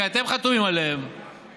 שאתם חתומים עליהם